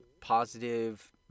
positive